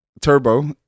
Turbo